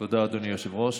תודה, אדוני היושב-ראש.